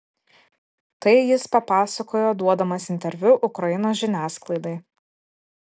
tai jis papasakojo duodamas interviu ukrainos žiniasklaidai